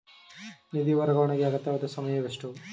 ನಿಧಿ ವರ್ಗಾವಣೆಗೆ ಅಗತ್ಯವಾದ ಸಮಯವೆಷ್ಟು?